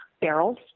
barrels